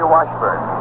Washburn